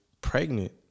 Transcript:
Pregnant